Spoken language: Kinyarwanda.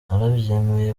yarabyemeye